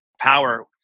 Power